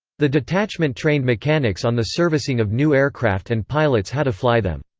the detachment trained mechanics on the servicing of new aircraft and pilots how to fly them.